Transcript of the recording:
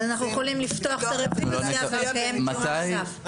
אז אנחנו יכולים לפתוח את הרוויזיה ולקיים דיון נוסף.